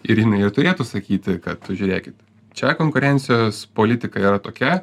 ir jinai ir turėtų sakyti kad žiūrėkit čia konkurencijos politika yra tokia